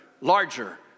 larger